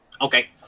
Okay